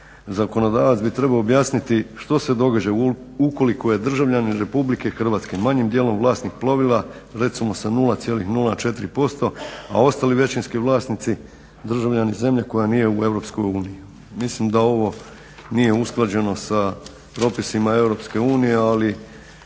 Zakonodavac bi trebao objasniti što se događa ukoliko je državljanin RH manjim dijelom vlasnik plovila recimo sa 0,04% a ostali većinski vlasnici državljani zemlje koja nije u EU. Mislim da ovo nije usklađeno sa propisima EU ali